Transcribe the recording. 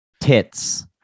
Tits